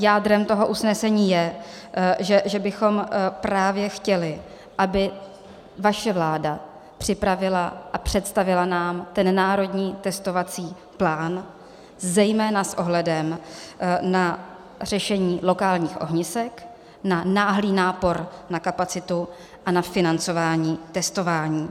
Jádrem toho usnesení je, že bychom právě chtěli, aby vaše vláda připravila a představila nám ten národní testovací plán zejména s ohledem na řešení lokálních ohnisek, na náhlý nápor na kapacitu a na financování testování.